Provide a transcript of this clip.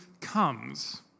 comes